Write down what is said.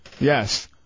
Yes